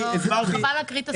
חבל להקריא את הסעיף.